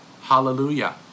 Hallelujah